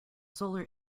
solar